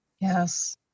yes